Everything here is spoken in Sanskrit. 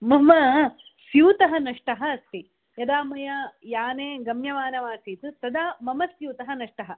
मम स्यूतः नष्टः अस्ति यदा मया याने गम्यमानमासीत् तदा मम स्यूतः नष्टः